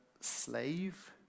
slave